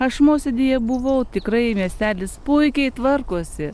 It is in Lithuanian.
aš mosėdyje buvau tikrai miestelis puikiai tvarkosi